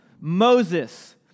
Moses